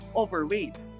overweight